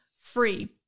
free